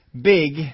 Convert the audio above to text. big